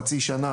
חצי שנה,